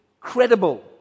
credible